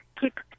keep